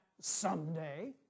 someday